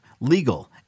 legal